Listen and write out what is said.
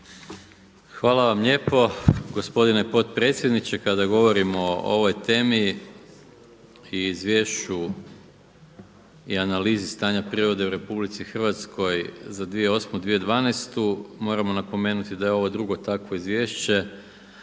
Hvala vam lijepo. Gospodine potpredsjedniče kada govorimo o ovoj temi i izvješću i analizi stanja prirode u RH za 2008.-2012. moramo napomenuti da je ovo drugo takvo izvješće.